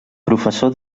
professor